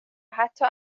حتا